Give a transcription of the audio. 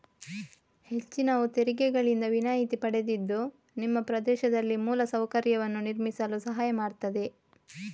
ಹೆಚ್ಚಿನವು ತೆರಿಗೆಗಳಿಂದ ವಿನಾಯಿತಿ ಪಡೆದಿದ್ದು ನಿಮ್ಮ ಪ್ರದೇಶದಲ್ಲಿ ಮೂಲ ಸೌಕರ್ಯವನ್ನು ನಿರ್ಮಿಸಲು ಸಹಾಯ ಮಾಡ್ತದೆ